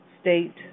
state